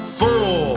four